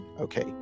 okay